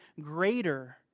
greater